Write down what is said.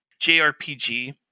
JRPG